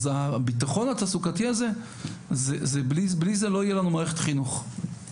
הביטחון התעסוקתי בלי זה לא תהיה לנו מערכת חינוך.